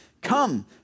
Come